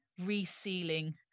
resealing